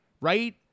right